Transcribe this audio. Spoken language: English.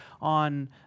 on